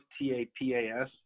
T-A-P-A-S